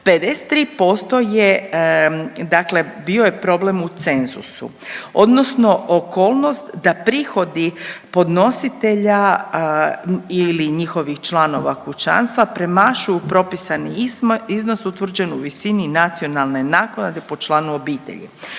53% je dakle bio je problem u cenzusu odnosno okolnost da prihodi podnositelja ili njihovih članova kućanstva premašuju propisani iznos utvrđen u visini nacionalne naknade po članu obitelji.